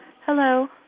Hello